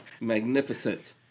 magnificent